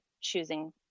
choosing